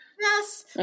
Yes